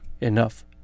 enough